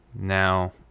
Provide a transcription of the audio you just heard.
Now